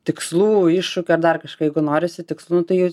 tikslų iššūkių ar dar kažką jeigu norisi tikslų nu tai